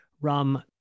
Rum